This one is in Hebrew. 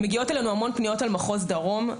מגיעות אלינו המון פניות על מחוז דרום.